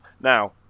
Now